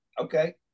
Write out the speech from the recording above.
Okay